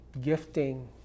gifting